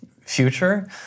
future